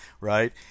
right